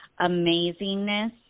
amazingness